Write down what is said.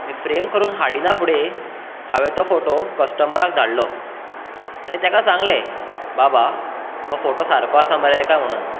आनी फ्रेम करून हाडिना फुडे हांवे तो फोटो क्शटमराक धाडलो आनी तेका सांगले बाबा हो फोटो सारको आसा मरे काय म्हणून